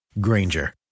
Granger